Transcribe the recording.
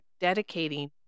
dedicating